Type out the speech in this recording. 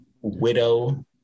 widow